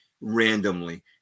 randomly